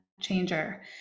changer